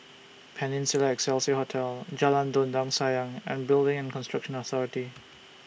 Peninsula Excelsior Hotel Jalan Dondang Sayang and Building and Construction Authority